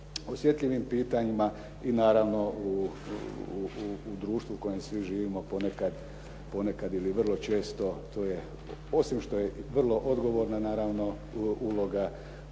osjetljivim pitanjima i naravno u društvu u kojem svi živimo ponekad ili vrlo često to je osim što je i vrlo odgovorna, naravno uloga,